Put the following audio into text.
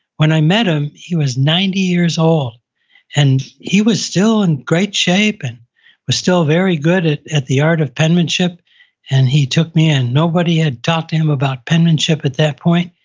when i met him, he was ninety years old and he was still in great shape and was still very good at at the art of penmanship and he took me and nobody had talked to him about penmanship at that point,